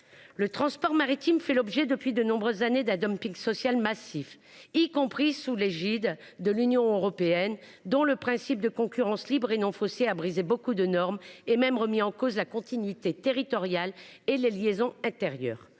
Le transport maritime fait l'objet depuis de nombreuses années d'un dumping social massif, y compris sous l'égide de l'Union européenne, dont le principe de concurrence libre et non faussée a brisé beaucoup de normes et même remis en cause la continuité territoriale et les liaisons intérieures.